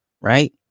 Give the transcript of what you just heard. Right